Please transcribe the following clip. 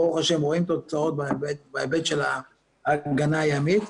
ברוך השם רואים תוצאות בהיבט של ההגנה הימית.